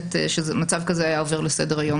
נותנת שמצב כזה היה עובר לסדר-היום.